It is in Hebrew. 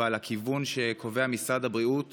אבל לפי הכיוון שקובע משרד הבריאות